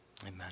Amen